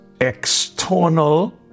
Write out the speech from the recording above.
external